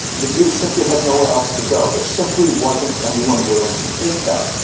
the jews simply had nowhere else to go, they're simply wasn't anyone willing to take them.